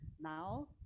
Now